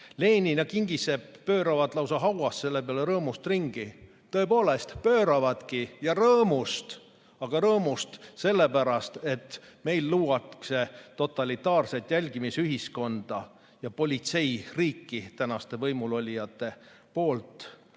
Lenin ja Kingissepp pööravad hauas selle peale lausa rõõmust ringi. Tõepoolest, pööravadki, ja rõõmust! Rõõmust sellepärast, et meil luuakse totalitaarset jälgimisühiskonda ja politseiriiki tänaste võimulolijate poolt.